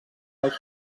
dels